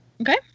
Okay